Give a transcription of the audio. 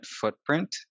footprint